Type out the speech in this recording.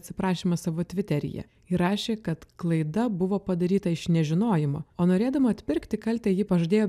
atsiprašymą savo tviteryje ir rašė kad klaida buvo padaryta iš nežinojimo o norėdama atpirkti kaltę ji pažadėjo